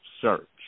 search